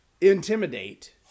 intimidate